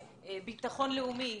ביטחון לאומי,